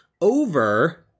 over